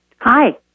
hi